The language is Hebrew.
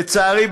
לצערי,